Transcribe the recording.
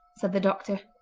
said the doctor.